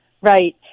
right